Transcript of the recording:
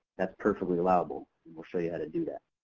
that's perfectly allowable, and we'll show you how to do that.